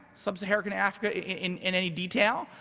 sub saharan africa in in any detail,